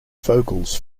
vocals